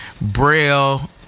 Braille